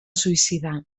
suïcidar